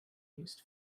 used